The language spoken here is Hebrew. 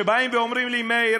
שבאים ואומרים לי: מאיר,